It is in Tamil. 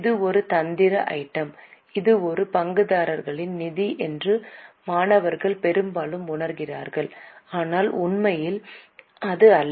இது ஒரு தந்திரமான ஐட்டம் இது ஒரு பங்குதாரர்களின் நிதி என்று மாணவர்கள் பெரும்பாலும் உணர்கிறார்கள் ஆனால் உண்மையில் அது இல்லை